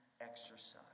exercise